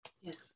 Yes